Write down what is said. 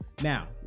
Now